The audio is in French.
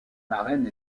reine